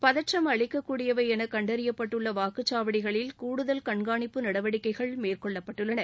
பதற்றம் அளிக்கக்கூடியவை என கண்டறியப்பட்டுள்ள வாக்குச்சாவடிகளில் கூடுதல் கண்காணிப்பு நடவடிக்கைகள் மேற்கொள்ளப்பட்டுள்ளன